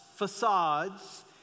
Facades